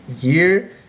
year